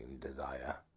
desire